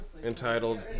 Entitled